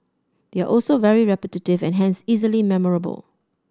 they are also very repetitive and hence easily memorable